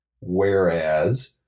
Whereas